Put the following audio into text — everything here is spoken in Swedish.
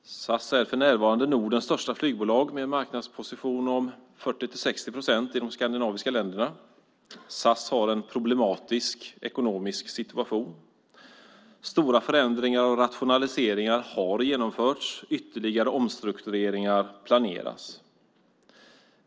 Herr talman! SAS är för närvarande Nordens största flygbolag med en marknadsposition om 40-60 procent i de skandinaviska länderna. SAS har en problematisk ekonomisk situation. Stora förändringar och rationaliseringar har genomförts. Ytterligare omstruktureringar planeras.